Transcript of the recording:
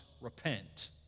repent